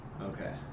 okay